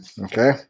Okay